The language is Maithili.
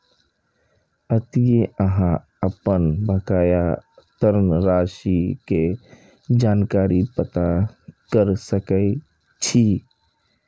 एतय अहां अपन बकाया ऋण राशि के जानकारी पता कैर सकै छी